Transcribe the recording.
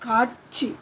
காட்சி